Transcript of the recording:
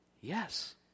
Yes